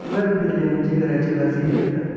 घर फिरले म्हणजे घराचे वासेही फिरतात